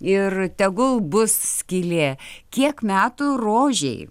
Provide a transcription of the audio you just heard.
ir tegul bus skylė kiek metų rožei